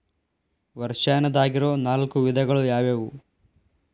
ವರ್ಷಾಶನದಾಗಿರೊ ನಾಲ್ಕು ವಿಧಗಳು ಯಾವ್ಯಾವು?